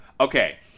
Okay